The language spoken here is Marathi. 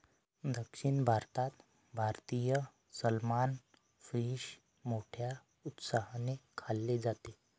दक्षिण भारतात भारतीय सलमान फिश मोठ्या उत्साहाने खाल्ले जाते